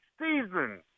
season